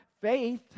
faith